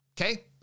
Okay